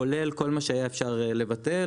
כולל כל מה שהיה אפשר לבטל.